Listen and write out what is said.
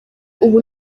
ubu